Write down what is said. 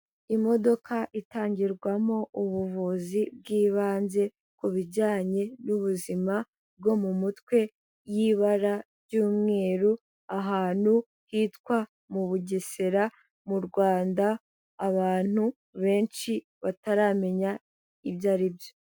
Imodoka itangirwamo ubuvuzi bw'ibanze, ku bijyanye n'ubuzima bwo mu mutwe, y'ibara ry'umweru, ahantu hitwa mu Bugesera mu Rwanda, abantu benshi bataramenya ibyo ari byo.